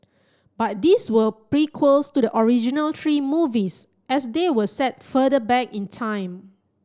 but these were prequels to the original three movies as they were set further back in time